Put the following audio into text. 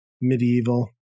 medieval